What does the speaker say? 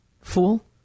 fool